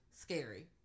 Scary